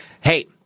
hey